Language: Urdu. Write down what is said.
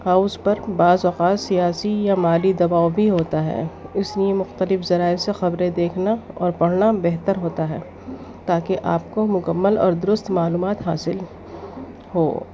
ہاؤس پر بعض اوقات سیاسی یا مالی دباؤ بھی ہوتا ہے اس لیے مختلف ذرائع سے خبریں دیکھنا اور پڑھنا بہتر ہوتا ہے تا کہ آپ کو مکمل اور درست معلومات حاصل ہو